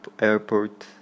Airport